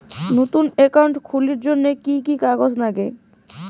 নতুন একাউন্ট খুলির জন্যে কি কি কাগজ নাগে?